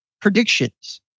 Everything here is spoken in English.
predictions